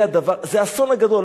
זה האסון הגדול.